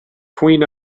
queen